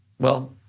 well,